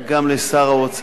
גם לשר האוצר.